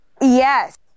Yes